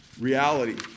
reality